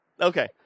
Okay